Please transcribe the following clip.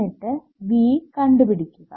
എന്നിട്ട് V കണ്ടുപിടിക്കുക